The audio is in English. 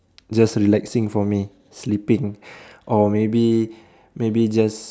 just relaxing for me sleeping or maybe maybe just